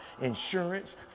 insurance